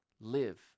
Live